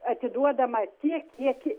atiduodama tiek kiek